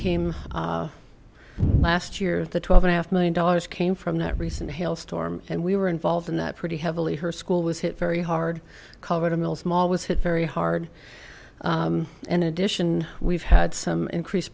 came last year the twelve and a half million dollars came from that recent hail storm and we were involved in that pretty heavily her school was hit very hard cover the mills mall was hit very hard in addition we've had some increase